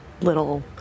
little